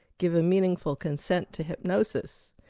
give a meaningful consent to hypnosis?